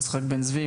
יצחק בן צבי,